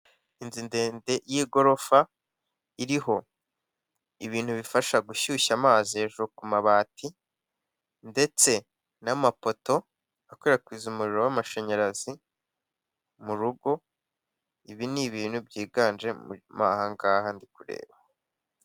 Inzu ndende y'igorofa, iriho ibintu bifasha gushyushya amazi hejuru ku mabati ndetse n'amapoto akwirakwiza umuriro w'amashanyarazi mu rugo, ibi ni ibintu byiganje mo ahangaha ndi kureba.